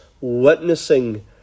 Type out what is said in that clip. witnessing